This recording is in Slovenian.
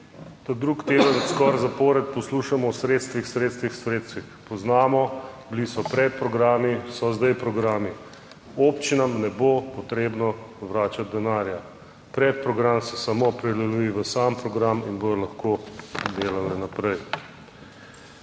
drug teden skoraj zapored poslušamo o sredstvih, sredstvih, sredstvih. Poznamo, bili so pred programi, so zdaj programi. Občinam ne bo potrebno vračati denarja pred program, se samo prelevi v sam program in bodo lahko delale naprej.